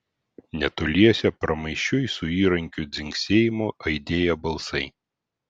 netoliese pramaišiui su įrankių dzingsėjimu aidėjo balsai